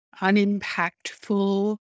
unimpactful